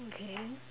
okay